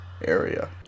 area